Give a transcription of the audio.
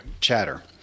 Chatter